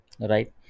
Right